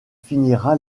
finira